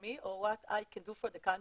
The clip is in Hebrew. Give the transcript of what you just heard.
me או what I can do for the country,